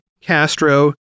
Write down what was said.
Castro